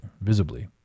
Visibly